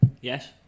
Yes